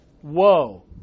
whoa